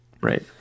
Right